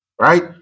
Right